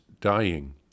dying